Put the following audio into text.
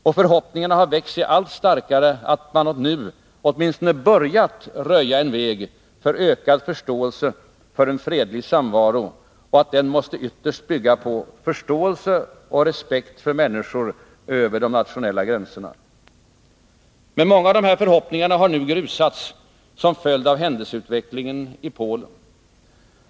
Och förhoppningarna har växt sig så starka att man nu åtminstone börjat röja en väg för ökad förståelse och insett att fredlig samvaro ytterst måste bygga på förståelse och respekt för människor över de nationella gränserna. Men många av dessa förhoppningar har nu grusats som en följd av händelseutvecklingen i Polen.